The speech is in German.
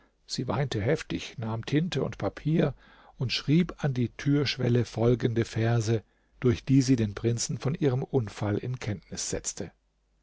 sie weinte heftig nahm tinte und papier und schrieb an die türschwelle folgende verse durch die sie den prinzen von ihrem unfall in kenntnis setzte